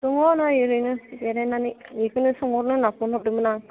दङ नै ओरैनो जिरायनानै बेखौनो सोंहरनो होनना फन हरदोंमोन आं